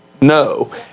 no